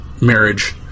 marriage